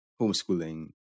homeschooling